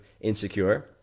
insecure